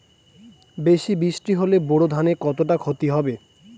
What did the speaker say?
বেশি বৃষ্টি হলে বোরো ধানের কতটা খতি হবে?